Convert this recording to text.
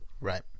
Right